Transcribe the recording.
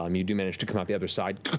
um you do manage to come out the other side,